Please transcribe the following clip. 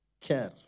care